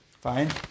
Fine